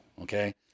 okay